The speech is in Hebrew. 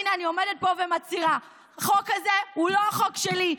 הינה אני עומדת פה ומצהירה: החוק הזה הוא לא החוק שלי.